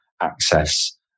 access